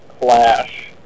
Clash